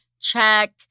check